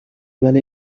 بله